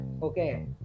Okay